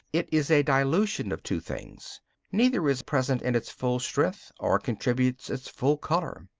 it is a dilution of two things neither is present in its full strength or contributes its full colour.